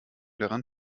daran